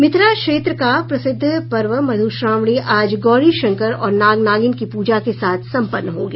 मिथिला क्षेत्र का प्रसिद्ध पर्व मध्श्रावणी आज गौरीशंकर और नाग नागिन की पूजा के साथ सम्पन्न हो गया